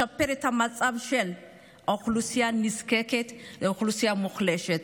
לשפר את המצב של האוכלוסייה הנזקקת והאוכלוסייה המוחלשת.